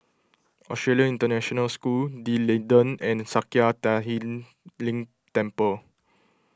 Australian International School D'Leedon and Sakya Tenphel Ling Temple